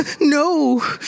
No